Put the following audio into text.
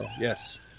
yes